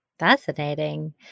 Fascinating